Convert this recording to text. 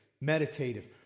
meditative